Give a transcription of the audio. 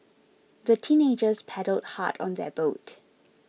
the teenagers paddled hard on their boat